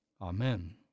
Amen